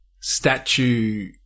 statue